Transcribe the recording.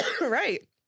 Right